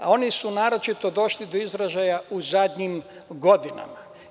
Oni su naročito došli do izražaja u zadnjim godinama.